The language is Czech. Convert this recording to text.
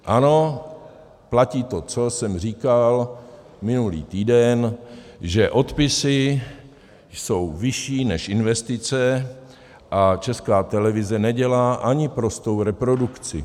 Ano, platí to, co jsem říkal minulý týden, že odpisy jsou vyšší než investice a Česká televize nedělá ani prostou reprodukci.